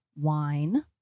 wine